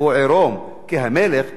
כי המלך באמת עירום.